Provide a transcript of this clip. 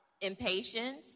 Impatience